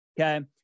Okay